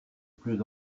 plus